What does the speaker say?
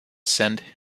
send